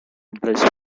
place